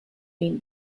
been